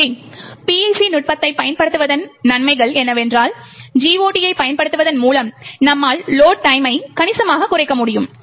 எனவே PIC நுட்பத்தைப் பயன்படுத்துவதன் நன்மைகள் என்னவென்றால் GOT ஐப் பயன்படுத்துவதன் மூலம் நம்மால் லோட் டைம்மை கணிசமாகக் குறைக்க முடியும்